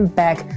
back